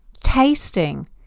tasting